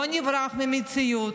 לא נברח מהמציאות,